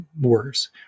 worse